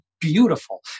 beautiful